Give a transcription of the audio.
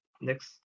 next